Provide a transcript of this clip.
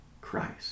Christ